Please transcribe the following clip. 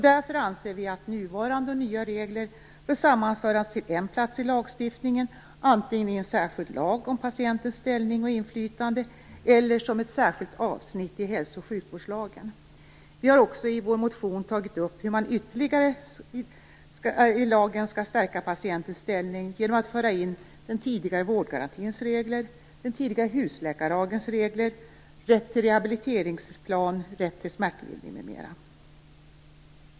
Därför anser vi att nuvarande och nya regler bör sammanföras till en plats i lagstiftningen, antingen i en särskild lag om patientens ställning och inflytande eller som ett särskilt avsnitt i hälso och sjukvårdslagen. Vi har också i vår motion tagit upp hur man i lagen ytterligare skall stärka patientens ställning genom att föra in den tidigare vårdgarantins regler, den tidigare husläkarlagens regler, rätt till rehabiliteringsplan, rätt till smärtlindring, m.m.